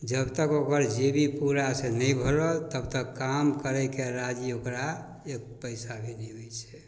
जबतक ओकर जेबी पूरा से नहि भरल तबतक काम करैके राजी ओकरा एक पइसा भी नहि होइ छै